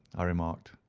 i remarked.